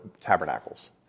tabernacles